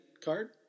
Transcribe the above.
card